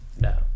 no